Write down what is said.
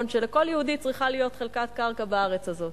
שלכל יהודי צריכה להיות חלקת קרקע בארץ הזאת.